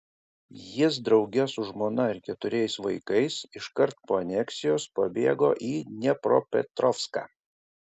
jis drauge su žmona ir keturiais vaikais iškart po aneksijos pabėgo į dniepropetrovską